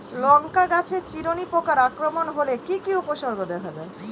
লঙ্কা গাছের চিরুনি পোকার আক্রমণ হলে কি কি উপসর্গ দেখা যায়?